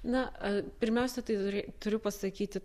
na a pirmiausia tai turu turiu pasakyti